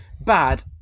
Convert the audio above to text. bad